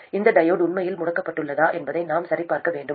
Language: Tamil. இந்த டையோடு உண்மையில் முடக்கப்பட்டுள்ளதா என்பதை நாம் சரிபார்க்க வேண்டும்